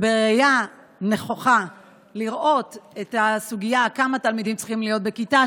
בראייה נכוחה לראות את הסוגיה כמה תלמידים צריכים להיות בכיתה,